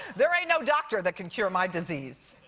there ain't no doctor that can cure my disease.